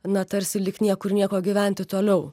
na tarsi lyg niekur nieko gyventi toliau